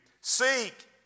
Seek